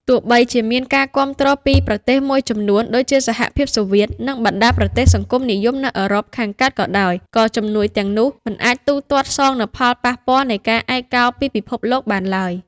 ទោះបីជាមានការគាំទ្រពីប្រទេសមួយចំនួនដូចជាសហភាពសូវៀត និងបណ្ដាប្រទេសសង្គមនិយមនៅអឺរ៉ុបខាងកើតក៏ដោយ ក៏ជំនួយទាំងនោះមិនអាចទូទាត់សងនូវផលប៉ះពាល់នៃការឯកោពីពិភពលោកបានឡើយ។